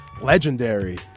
legendary